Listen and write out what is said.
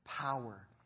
power